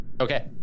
Okay